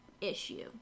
issue